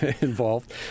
involved